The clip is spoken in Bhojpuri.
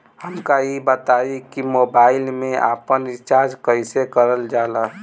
हमका ई बताई कि मोबाईल में आपन रिचार्ज कईसे करल जाला?